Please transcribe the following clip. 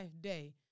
day